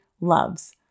loves